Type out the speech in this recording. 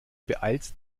beeilst